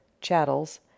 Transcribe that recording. chattels